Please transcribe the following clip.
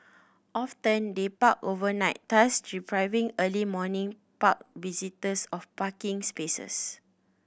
often they park overnight thus depriving early morning park visitors of parking spaces